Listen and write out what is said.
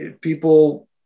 people